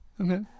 Okay